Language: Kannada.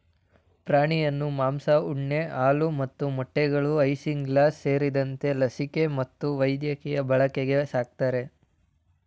ಪ್ರಾಣಿಯನ್ನು ಮಾಂಸ ಉಣ್ಣೆ ಹಾಲು ಮತ್ತು ಮೊಟ್ಟೆಗಳು ಐಸಿಂಗ್ಲಾಸ್ ಸೇರಿದಂತೆ ಲಸಿಕೆ ಮತ್ತು ವೈದ್ಯಕೀಯ ಬಳಕೆಗೆ ಸಾಕ್ತರೆ